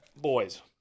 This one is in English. boys